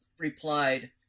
replied